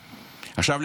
עכשיו,